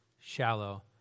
shallow